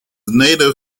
native